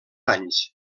anys